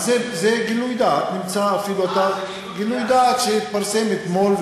זה גילוי דעת שהתפרסם אתמול,